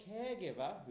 caregiver